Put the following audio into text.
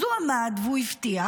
אז הוא עמד והוא הבטיח,